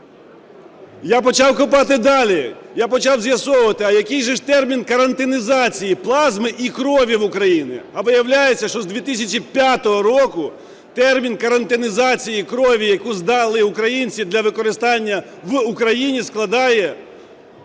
Я почав копати далі. Я почав з'ясовувати, а який же ж термін карантинізації плазми і крові в Україні. А виявляється, що з 2005 року термін карантинізації крові, яку здали українці для використання в Україні, складає